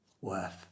worth